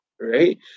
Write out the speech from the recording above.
right